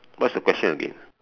what's the question again